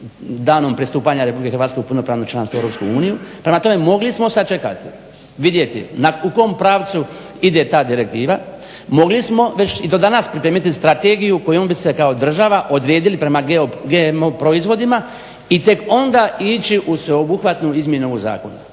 danom pristupanja RH u punopravno članstvo EU. Prema tome, mogli smo sačekati, vidjeti u kom pravcu ide ta direktiva, mogli smo već i do danas pripremiti strategiju kojom bi se kao država odredili prema GMO proizvodima i tek onda ići u sveobuhvatnu izmjenu ovog zakona.